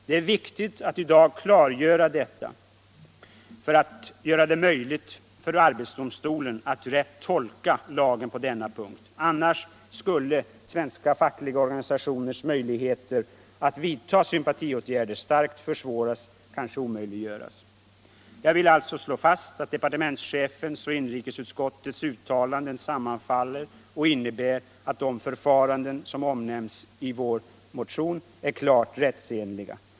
Det är viktigt att i dag klargöra detta för att göra det möjligt för arbetsdomstolen att rätt tolka lagen på denna punkt. Annars skulle svenska fackliga organisationers möjligheter att vidta sympatiåtgärder starkt försvåras, kanske omöjliggöras. Jag vill alltså slå fast att departementschefens och inrikesutskottets uttalanden sammanfaller och innebär att de förfaranden som omnämns i vår motion är klart rättsenliga.